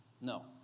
no